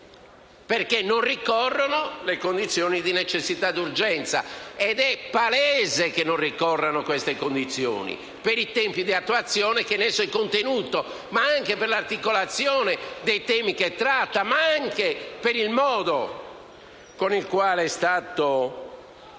ricorrono, infatti, le condizioni di necessità e urgenza ed è palese che non ricorrano queste condizioni per i tempi di attuazione che in esso sono contenuti, per l'articolazione dei temi che tratta e per il modo con il quale è stato